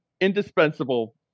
indispensable